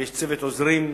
ויש צוות עוזרים,